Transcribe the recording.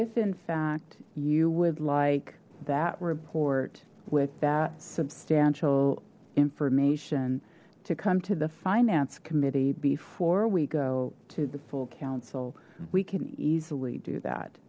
if in fact you would like that report with that substantial information to come to the finance committee before we go to the full council we can easily do that